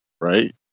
Right